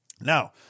Now